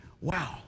Wow